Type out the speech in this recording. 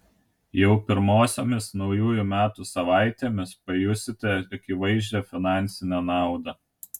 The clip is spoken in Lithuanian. jau pirmosiomis naujųjų metų savaitėmis pajusite akivaizdžią finansinę naudą